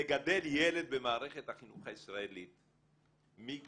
לגדל ילד במערכת החינוך הישראלית מגן,